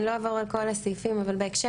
אני לא אעבור על כל הסעיפים אבל בהקשר